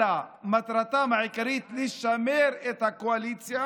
אלא מטרתם העיקרית לשמר את הקואליציה,